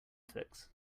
fix